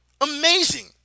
Amazing